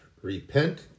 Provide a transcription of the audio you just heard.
Repent